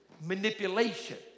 manipulation